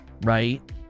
right